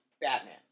Batman